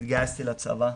התגייסתי לצבא,